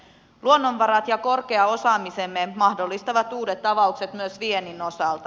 luonnonvarat ja korkea osaamisemme mahdollistavat uudet avaukset myös viennin osalta